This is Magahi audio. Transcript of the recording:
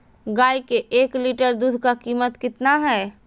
गाय के एक लीटर दूध का कीमत कितना है?